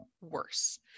worse